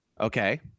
okay